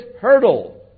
hurdle